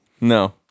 No